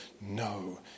no